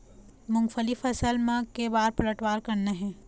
मूंगफली फसल म के बार पलटवार करना हे?